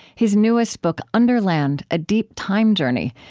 his newest book underland a deep time journey,